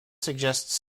suggests